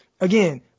again